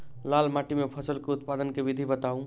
लाल माटि मे फसल केँ उत्पादन केँ विधि बताऊ?